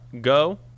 go